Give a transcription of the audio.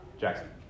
Jackson